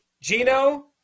Gino